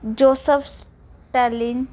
joseph stalin